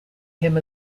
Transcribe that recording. him